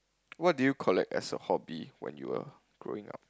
what do you collect as a hobby when you are growing up